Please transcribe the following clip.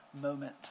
moment